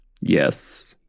Yes